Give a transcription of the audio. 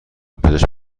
پزشک